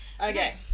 Okay